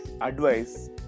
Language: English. advice